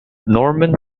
norman